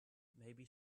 maybe